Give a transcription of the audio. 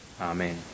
Amen